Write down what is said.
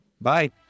Bye